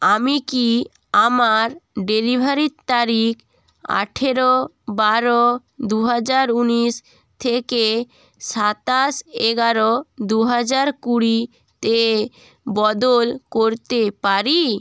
আমি কি আমার ডেলিভারির তারিখ আঠেরো বারো দু হাজার উনিশ থেকে সাতাশ এগারো দু হাজার কুড়িতে বদল করতে পারি